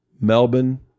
melbourne